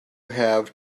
have